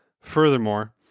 Furthermore